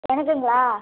எனக்குங்களா